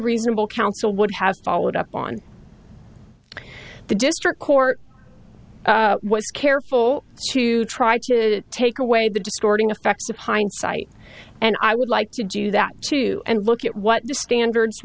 reasonable counsel would have followed up on the district court was careful to try to take away the distorting effect of hindsight and i would like to do that too and look at what the standards